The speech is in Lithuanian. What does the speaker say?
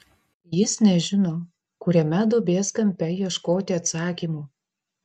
jis nežino kuriame duobės kampe ieškoti atsakymų